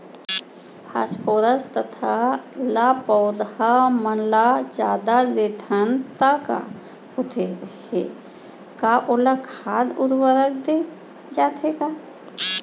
Phosphorus तथा ल पौधा मन ल जादा देथन त का होथे हे, का ओला खाद उर्वरक बर दे जाथे का?